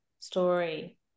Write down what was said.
story